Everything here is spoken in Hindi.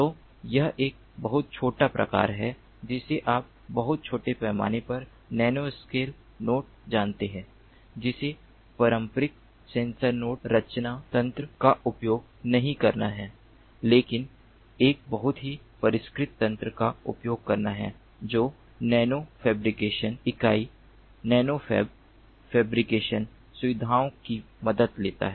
तो यह एक बहुत छोटा प्रकार है जिसे आप बहुत छोटे पैमाने पर नैनोस्केल नोड जानते हैं जिसे पारंपरिक सेंसर नोड रचना तंत्र का उपयोग नहीं करना है लेकिन एक बहुत ही परिष्कृत तंत्र का उपयोग करना है जो नैनोफैब्रिकेशन इकाइयों नैनोफैब फैब्रिकेशन सुविधाओं की मदद लेता है